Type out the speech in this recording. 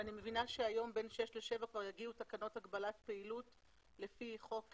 ואני מבינה שהיום בין שש לשבע כבר יגיעו תקנות הגבלת פעילות לפי חוק